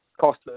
cost